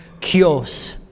Kios